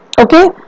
okay